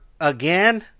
Again